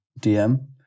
dm